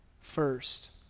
First